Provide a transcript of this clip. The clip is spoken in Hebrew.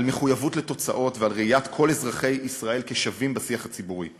על מחויבות לתוצאות ועל ראיית כל אזרחי ישראל כשווים בשיח הציבורי.